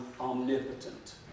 omnipotent